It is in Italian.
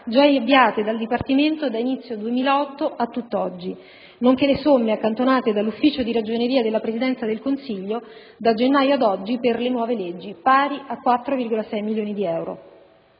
già avviate dal Dipartimento dall'inizio del 2008 a tutt'oggi, nonché le somme accantonate dall'ufficio di ragioneria della Presidenza del Consiglio da gennaio ad oggi per le nuove leggi, pari a 4,6 milioni di euro.